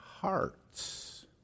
hearts